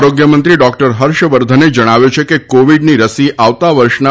આરોગ્યમંત્રી ડોક્ટર હર્ષવર્ધને જણાવ્યું છે કે કોવીડની રસી આવતા વર્ષના